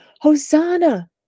Hosanna